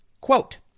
quote